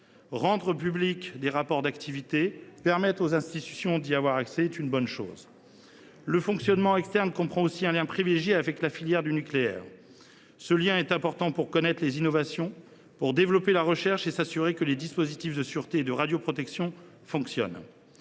Rendre publics des rapports d’activité et permettre aux institutions d’y avoir accès est une bonne chose. Le fonctionnement externe comprend aussi un lien privilégié avec la filière du nucléaire, afin de connaître les innovations, développer la recherche et s’assurer de l’effectivité des dispositifs de sûreté et de radioprotection. Cependant,